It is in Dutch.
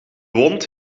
wond